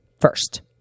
first